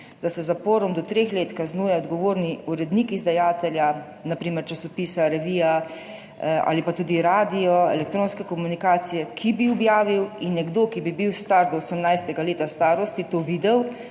da se z zaporom do treh let kaznuje odgovorni urednik izdajatelja, na primer časopisa, revije ali pa tudi radia, elektronske komunikacije, ki bi objavil in bi nekdo, ki bi bil star do 18. leta starosti, to videl,